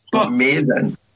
Amazing